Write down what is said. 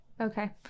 Okay